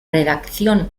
redacción